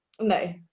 No